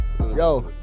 Yo